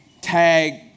tag